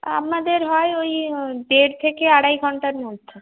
আমাদের হয় ঐ দেড় থেকে আড়াই ঘন্টার মধ্যে